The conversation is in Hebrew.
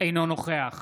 אינו נוכח